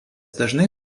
dažnai